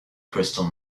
crystal